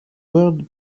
world